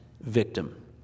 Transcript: victim